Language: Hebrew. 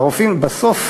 הרופאים, בסוף,